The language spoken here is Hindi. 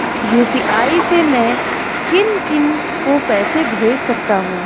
यु.पी.आई से मैं किन किन को पैसे भेज सकता हूँ?